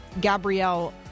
Gabrielle